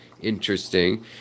Interesting